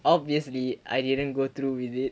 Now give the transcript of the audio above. obviously I didn't go through with it